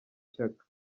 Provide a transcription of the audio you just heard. shyaka